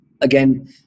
Again